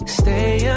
stay